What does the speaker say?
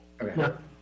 okay